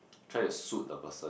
try to shoot the person